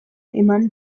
eman